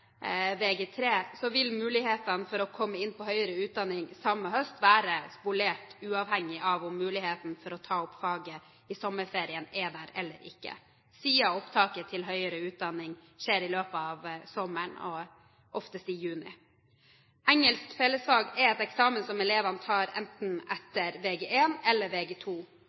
vil mulighetene for å komme inn på høyere utdanning samme høst være spolert, uavhengig av om muligheten for å ta opp faget i sommerferien er der eller ikke, siden opptak til høyere utdanning skjer i løpet av sommeren – og oftest i juni. Engelsk fellesfag er en eksamen som elevene tar enten etter Vg1 eller